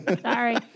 Sorry